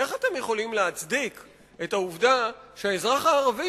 איך אתם יכולים להצדיק את העובדה שאזרח ערבי